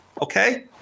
Okay